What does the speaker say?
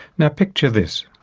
now, picture this.